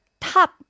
Top